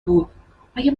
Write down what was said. بود، مگه